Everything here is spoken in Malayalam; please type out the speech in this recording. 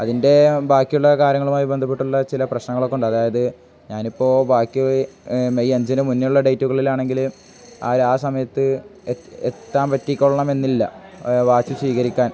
അതിൻ്റെ ബാക്കിയുള്ള കാര്യങ്ങളുമായി ബന്ധപ്പെട്ടുള്ള ചില പ്രശ്നങ്ങളൊക്ക ഉണ്ട് അതായത് ഞാൻ ഇപ്പോൾ ബാക്കി മെയ് അഞ്ചിന് മുന്നേയുള്ള ഡേറ്റുകളുകളിലാണെങ്കിൽ ആരാണ് ആ സമയത്ത് എത്താൻ പറ്റിക്കൊള്ളമെന്നില്ല വാച്ച് സ്വീകരിക്കാൻ